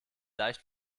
leicht